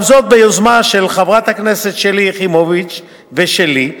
גם זאת ביוזמה של חברת הכנסת שלי יחימוביץ ושלי,